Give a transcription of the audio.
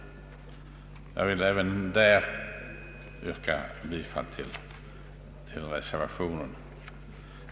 Jag yrkar bifall även till reservation 2.